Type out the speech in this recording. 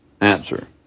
answer